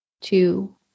two